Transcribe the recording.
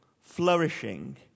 flourishing